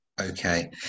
okay